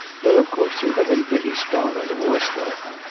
well, of course, you have been pretty strong on the war stuff?